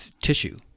tissue